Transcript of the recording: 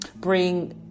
bring